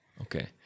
Okay